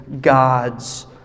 God's